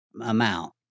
amount